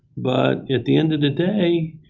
but at the end of the day